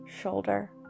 shoulder